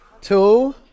two